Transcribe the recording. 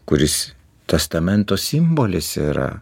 kuris testamento simbolis yra